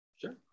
Sure